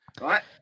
right